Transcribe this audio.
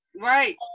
right